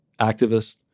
activists